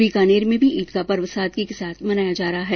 बीकानेर में भी ईद का पर्व सादगी से मनाया जा रहा है